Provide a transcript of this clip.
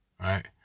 right